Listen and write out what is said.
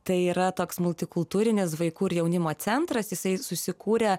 tai yra toks multikultūrinis vaikų ir jaunimo centras jisai susikūrė